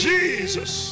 Jesus